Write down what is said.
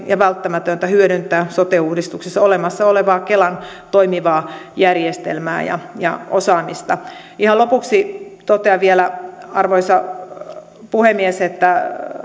ja välttämätöntä on myöskin hyödyntää sote uudistuksessa olemassa olevaa kelan toimivaa järjestelmää ja ja osaamista ihan lopuksi totean vielä arvoisa puhemies että